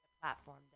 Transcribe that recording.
platform